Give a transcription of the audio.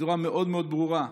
בצורה מאוד מאוד ברורה,